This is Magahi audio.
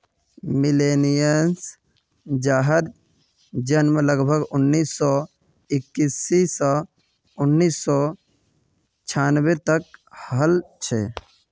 मिलेनियल्स जहार जन्म लगभग उन्नीस सौ इक्यासी स उन्नीस सौ छानबे तक हल छे